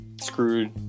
screwed